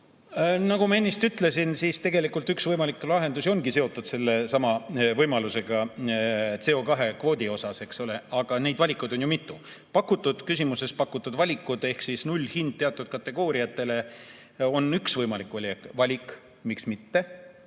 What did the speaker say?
Nagu ma enne ütlesin, tegelikult üks võimalikke lahendusi ongi seotud sellesama võimalusega CO2-kvoodi osas. Aga neid valikuid on ju mitu. Küsimuses pakutud valik ehk nullhind teatud [tarbija]kategooriatele on üks võimalik valik. Miks mitte,